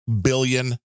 billion